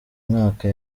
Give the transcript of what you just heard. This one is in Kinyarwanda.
mwaka